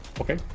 Okay